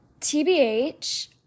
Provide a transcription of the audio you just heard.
TBH